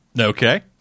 Okay